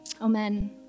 Amen